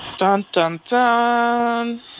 dun-dun-dun